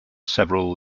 several